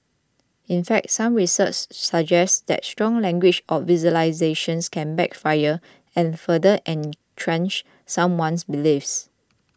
in fact some research suggests that strong language or visualisations can backfire and further entrench someone's beliefs